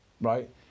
right